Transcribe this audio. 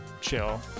chill